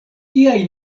tiaj